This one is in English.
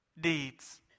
deeds